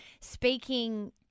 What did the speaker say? speaking